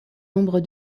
nombre